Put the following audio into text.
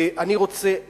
משפט אחרון.